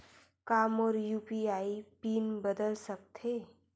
का मोर UPI pin बदल सकथे?